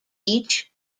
each